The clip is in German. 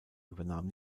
übernahm